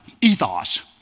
ethos